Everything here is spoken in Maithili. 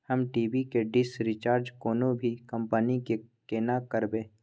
हम टी.वी के डिश रिचार्ज कोनो भी कंपनी के केना करबे?